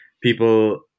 people